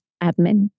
admin